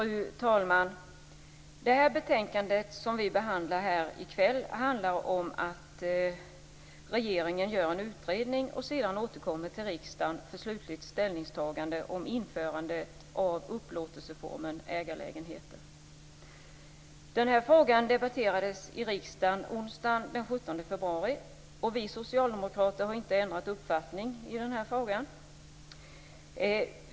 Fru talman! Det betänkande som vi behandlar i kväll handlar om att regeringen gör en utredning och sedan återkommer till riksdagen för slutligt ställningstagande om införande av upplåtelseformen ägarlägenheter. Denna fråga debatterades i riksdagen onsdagen den 17 februari, och vi socialdemokrater har inte ändrat uppfattning.